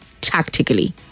tactically